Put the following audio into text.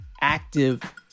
active